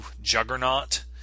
Juggernaut